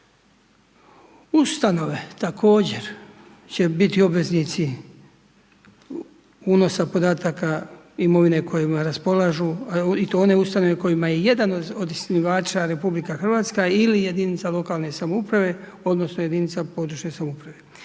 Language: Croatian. Ustanove također će biti obveznici unosa podataka imovine kojom raspolažu i to one ustanove kojima je jedan od osnivača RH ili jedinica lokalne samouprave odnosno jedinica područne samouprave.